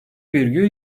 virgül